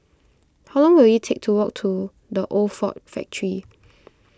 how long will it take to walk to the Old Ford Factor